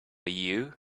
you